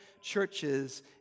churches